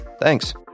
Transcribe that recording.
Thanks